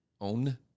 own